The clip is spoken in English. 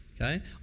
Okay